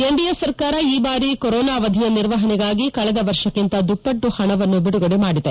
NDA ಸರ್ಕಾರ ಈ ಬಾರಿ ಕೊರೊನಾ ಅವಧಿಯ ನಿರ್ವಹಣೆಗಾಗಿ ಕಳೆದ ವರ್ಷಕ್ಕಿಂತ ದುಪ್ಪಟ್ಲು ಹಣವನ್ನು ಬಿಡುಗಡೆ ಮಾಡಿದೆ